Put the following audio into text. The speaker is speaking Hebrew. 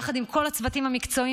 יחד עם כל הצוותים המקצועיים,